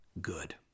good